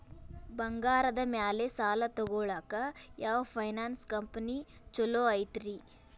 ಬಂಗಾರದ ಮ್ಯಾಲೆ ಸಾಲ ತಗೊಳಾಕ ಯಾವ್ ಫೈನಾನ್ಸ್ ಕಂಪನಿ ಛೊಲೊ ಐತ್ರಿ?